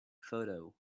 photo